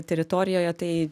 teritorijoje tai